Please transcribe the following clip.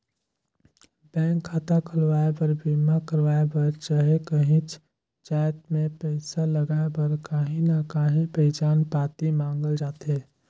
bank खाता खोलवाए बर, बीमा करवाए बर चहे काहींच जाएत में पइसा लगाए बर काहीं ना काहीं पहिचान पाती मांगल जाथे